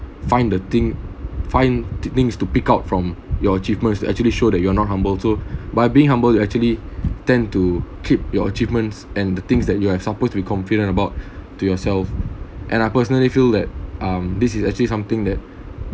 find the thing find things to pick out from your achievements actually show that you are not humble so by being humble you actually tend to keep your achievements and the things that you have supposed to be confident about to yourself and I personally feel that um this is actually something that